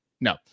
No